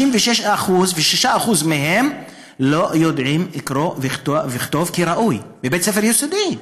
56% מהם לא יודעים קרוא וכתוב כראוי בבית ספר יסודי,